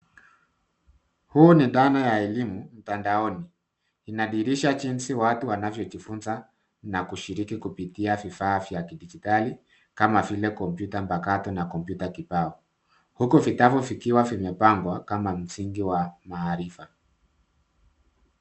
Huu ni dhana ya elimu mtandaoni. Inadhihirisha jinsi watu wanavyojifunza na kushiriki kupitia vifaa vya kidijitali kama vile kompyuta mpakato na kompyuta kibao huku vitabu vikiwa vimepangwa kama msingi wa maarifa.